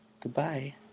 Goodbye